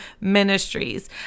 ministries